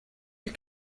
you